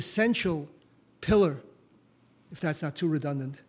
essential pillar if that's not too redundant